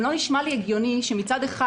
לא נשמע לי הגיוני שמצד אחד,